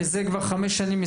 שכבר חמש שנים,